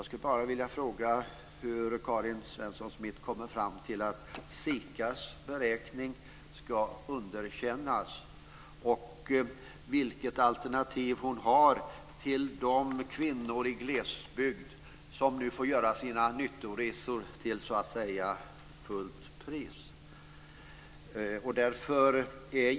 Smith kommer fram till att SIKA:s beräkning ska underkännas. Vilket alternativ har hon till de kvinnor i glesbygd som nu får göra sina nyttoresor till, så att säga, fullt pris?